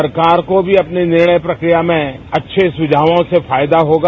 सरकार को भी अपने निर्णय प्रक्रिया में अच्छे सुझावों से फायदा होगा